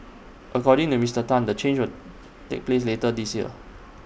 according to Mister Tan the change will take place later this year